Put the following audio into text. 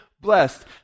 blessed